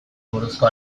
buruzko